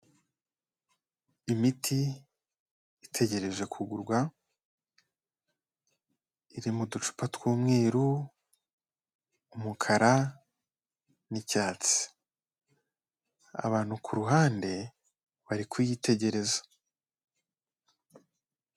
Imiti itegereje kugurwa iri m'uducupa tw'umweruru, umukara, n'icyatsi. Abantu ku ruhande bari kuyitegereza.